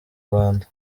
rwanda